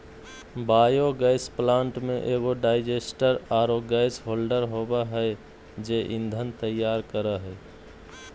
biogas plant में एगो digester आरो गैस होल्डर होबा है जे ईंधन तैयार करा हइ